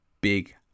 big